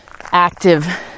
active